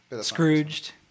Scrooged